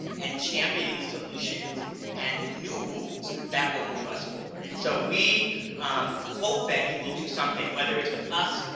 and championing solutions and new rules that will move us forward. and so we um hope that you will do something, whether it's with us,